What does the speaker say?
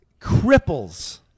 cripples